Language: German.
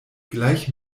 gleich